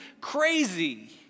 crazy